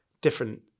different